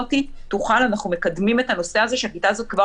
אנחנו מקדמים את זה שהכיתה הזאת כבר